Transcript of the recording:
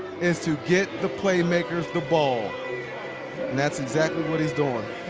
is to get the playmakers the ball. and that's exactly what he's doing.